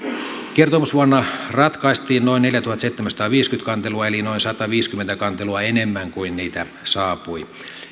kertomusvuonna ratkaistiin noin neljätuhattaseitsemänsataaviisikymmentä kantelua eli noin sataviisikymmentä kantelua enemmän kuin niitä saapui